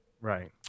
Right